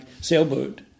sailboat